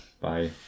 Bye